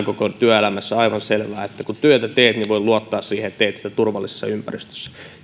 koko työelämässä aivan selvää että kun työtä teet niin voit luottaa siihen että teet sitä turvallisessa ympäristössä